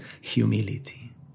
humility